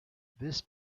this